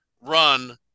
run